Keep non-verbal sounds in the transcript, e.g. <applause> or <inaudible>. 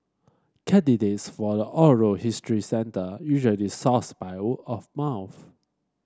candidates for the oral history centre usually sourced by <unintelligible> of mouth